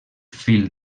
fil